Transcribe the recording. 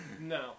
No